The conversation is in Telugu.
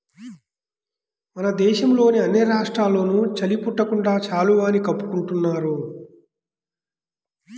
మన దేశంలోని అన్ని రాష్ట్రాల్లోనూ చలి పుట్టకుండా శాలువాని కప్పుకుంటున్నారు